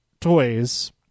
toys